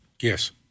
Yes